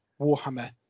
warhammer